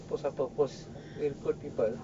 post apa post recruit people